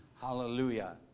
Hallelujah